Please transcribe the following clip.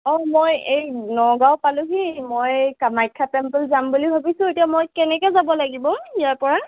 অঁ মই নগাঁও এই পালোহি মই কামাখ্যা টেম্প'ল যাম বুলি ভাবিছোঁ এতিয়া মই কেনেকৈ যাব লাগিব ইয়াৰ পৰা